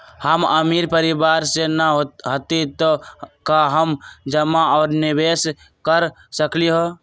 हम अमीर परिवार से न हती त का हम जमा और निवेस कर सकली ह?